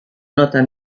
nota